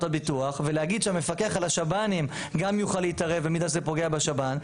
הביטוח ולהגיד שהמפקח על השב"נים גם יוכל להתערב במידה שזה פוגע בשב"ן,